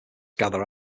gather